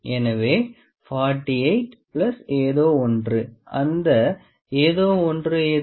எனவே 48 ப்ளஸ் ஏதோ ஒன்று அந்த எதோ ஒன்று எது